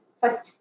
first